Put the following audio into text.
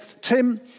Tim